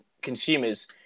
consumers